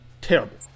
terrible